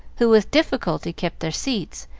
who with difficulty kept their seats,